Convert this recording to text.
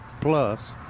plus